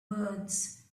words